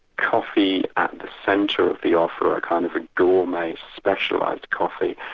coffee at the centre of the offer, a kind of gourmet specialised coffee,